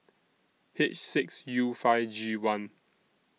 H six U five G one